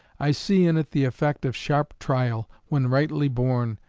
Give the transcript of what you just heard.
i see in it the effect of sharp trial, when rightly borne,